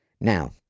Now